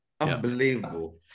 Unbelievable